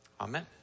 Amen